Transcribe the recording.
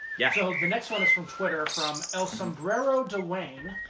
yeah so the next one is from twitter, from el sombrero de wayne.